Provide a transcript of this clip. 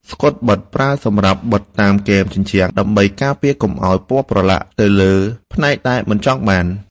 ស្កុតបិទ ប្រើសម្រាប់បិទតាមគែមជញ្ជាំង ដើម្បីការពារកុំឱ្យពណ៌ប្រឡាក់ទៅលើផ្នែកដែលមិនចង់បាន។